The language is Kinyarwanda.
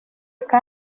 kandi